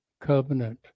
Covenant